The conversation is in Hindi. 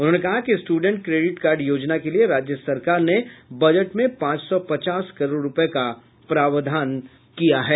उन्होंने कहा कि स्टूडेंट क्रेडिट कार्ड योजना के लिये राज्य सरकार ने बजट में पांच सौ पचास करोड़ रूपये का प्रावधान किया है